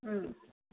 ꯎꯝ